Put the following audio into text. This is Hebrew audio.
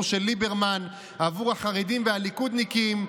של ליברמן בעבור החרדים והליכודניקים,